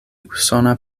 usona